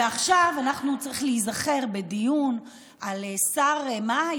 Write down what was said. ועכשיו צריך להיזכר בדיון על שר, מה?